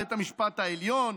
בית המשפט העליון,